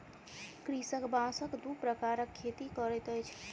कृषक बांसक दू प्रकारक खेती करैत अछि